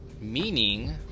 meaning